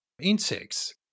insects